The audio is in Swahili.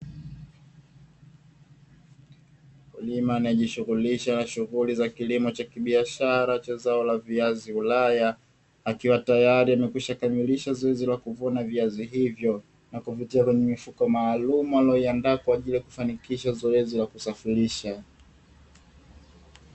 Mkulima anayejishughulisha na shunghuli za kilimo cha kibiashara cha zao la viazi ulaya, akiwa tayari akiwa amekwisha kamilisha zoezi la kuvuna viazi hivyo, na kuvitia kwenye mifuko maalumu aliyoiandaa kwa ajili ya kufanikisha zoezi la kusafirisha.